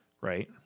Right